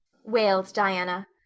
wailed diana.